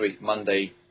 Monday